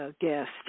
guest